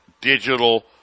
digital